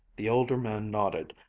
the older man nodded,